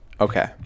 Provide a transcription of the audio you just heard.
Okay